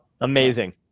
amazing